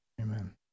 Amen